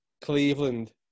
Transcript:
Cleveland